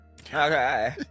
Okay